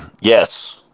Yes